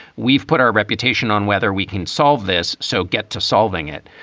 we've put our reputation on whether we can solve this. so get to solving it.